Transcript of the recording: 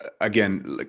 Again